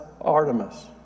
Artemis